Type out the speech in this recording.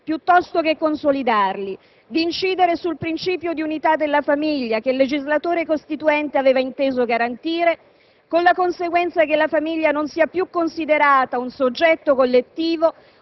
piuttosto che consolidarli; di incidere sul principio di unità della famiglia che il legislatore costituente aveva inteso garantire, con la conseguenza che la famiglia non sia più considerata un soggetto collettivo,